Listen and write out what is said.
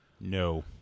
No